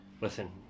Listen